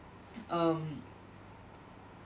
um